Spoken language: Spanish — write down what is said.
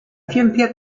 ciencia